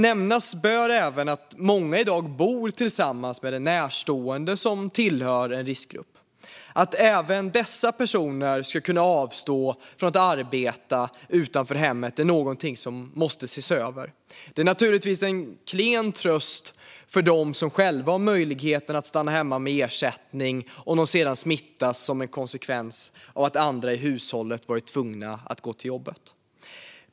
Nämnas bör även att många i dag bor tillsammans med en närstående som tillhör en riskgrupp. Att även dessa personer ska kunna avstå från att arbeta utanför hemmet är något som måste ses över. Det är naturligtvis en klen tröst för dem som själva har möjlighet att stanna hemma med ersättning om de sedan smittas som en konsekvens av att andra i hushållet varit tvungna att gå till jobbet.